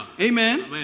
Amen